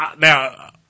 now